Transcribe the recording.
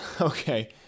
okay